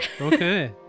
okay